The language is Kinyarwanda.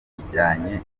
rijyanye